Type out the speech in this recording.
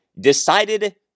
decided